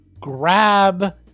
grab